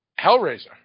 Hellraiser